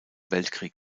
weltkrieg